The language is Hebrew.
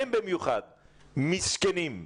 במיוחד הם מסכנים,